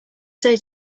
say